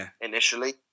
initially